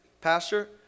Pastor